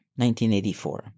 1984